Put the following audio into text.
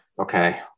Okay